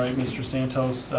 mr. santos.